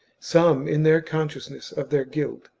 some in their consciousness of their guilt,